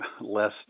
less